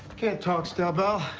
can't talk, stel-belle.